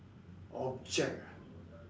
object ah